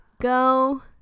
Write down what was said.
go